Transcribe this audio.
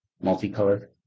multicolored